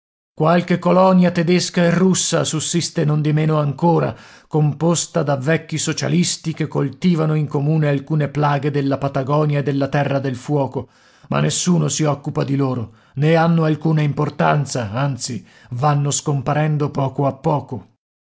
qualche colonia tedesca e russa sussiste nondimeno ancora composta da vecchi socialisti che coltivano in comune alcune plaghe della patagonia e della terra del fuoco ma nessuno si occupa di loro né hanno alcuna importanza anzi vanno scomparendo poco a poco